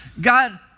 God